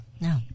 No